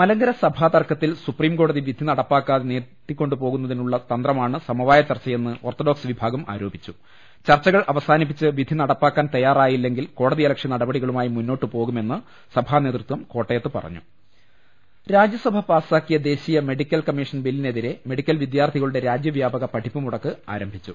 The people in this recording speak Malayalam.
മലങ്കര സഭാ തർക്കത്തിൽ സുപ്രീം കോടതി വിധി നടപ്പാക്കാതെ നീട്ടിക്കൊണ്ടു പോകുന്നതിന്നുള്ള തന്ത്രമാണ് സമവായ ചർച്ചയെന്ന് ഓർത്തഡോക്സ് വിഭാഗം ആരോപിച്ചു ചർച്ചകൾ അവസാനിപ്പിച്ച് വിധി നടപ്പാക്കാൻ തയാറായില്ലെങ്കിൽ കോടതിയലക്ഷ്യ നടപടികളുമായി മുന്നോട്ടു പോകുമെന്ന് സഭാനേതൃത്വം കോട്ടയത്ത് പറഞ്ഞു രാജ്യസഭ പാസാക്കിയ ദേശീയ മെഡിക്കൽ കമ്മീഷൻ ബില്ലി നെതിരെ മെഡിക്കൽ വിദ്യാർത്ഥികളുടെ രാജ്യ വ്യാപക പഠിപ്പുമുടക്ക് ആരംഭിച്ചു